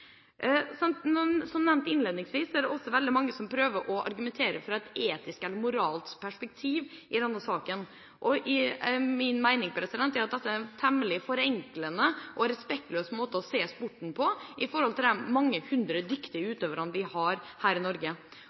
Som nevnt innledningsvis er det også veldig mange som prøver å argumentere fra et etisk eller moralsk perspektiv i denne saken. Min mening er at dette er en temmelig forenklende og respektløs måte å se sporten på i forhold til de mange hundre dyktige utøverne vi har her i Norge.